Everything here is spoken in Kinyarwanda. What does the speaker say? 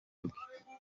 bwe